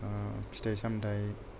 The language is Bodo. फिथाइ सामथाइ